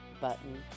button